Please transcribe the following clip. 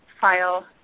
file